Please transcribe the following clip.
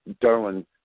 Darwin